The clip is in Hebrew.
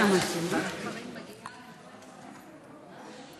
(חברת הכנסת תמר זנדברג יוצאת מאולם המליאה.)